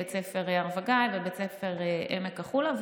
בית ספר הר וגיא ובית ספר עמק החולה,